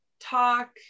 talk